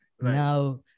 now